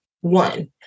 One